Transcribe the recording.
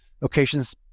locations